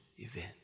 event